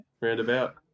roundabout